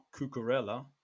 Cucurella